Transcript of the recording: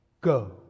Go